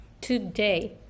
today